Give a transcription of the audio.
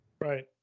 Right